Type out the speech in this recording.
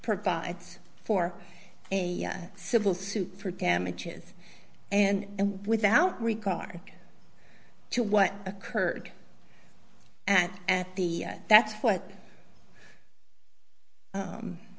provides for a civil suit for damages and without regard to what occurred and at the that's what